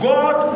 God